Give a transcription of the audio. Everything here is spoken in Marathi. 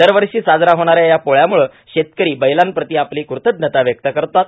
दरवर्षी साजरा होणाऱ्या या पोळ्यामुळं शेतकरी बैलांप्रति आपली कृतज्ञता व्यक्त करतो